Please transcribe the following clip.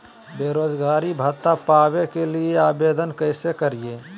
बेरोजगारी भत्ता पावे के लिए आवेदन कैसे करियय?